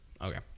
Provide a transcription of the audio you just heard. Okay